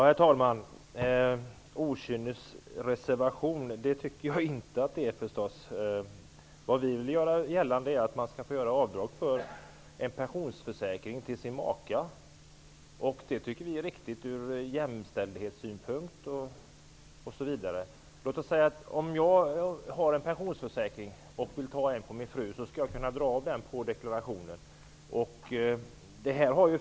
Herr talman! En okynnesreservation tycker jag förstås inte att det är. Vad vi vill göra gällande är att man skall få göra avdrag för en pensionsföräkring till sin maka. Det tycker vi är viktigt ur jämställdhetssynpunkt osv. Om jag har en pensionsförsäkring som jag vill teckna på min fru, skall jag kunna göra avdrag för denna i deklarationen.